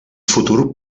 futur